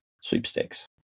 sweepstakes